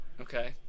Okay